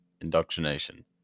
indoctrination